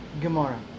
gemara